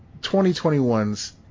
2021's